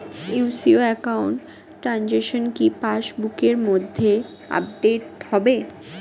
UCO account transaction কি pass বুকের মধ্যে আপডেট হবে?